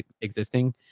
existing